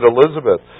Elizabeth